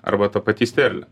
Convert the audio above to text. arba ta pati sterlė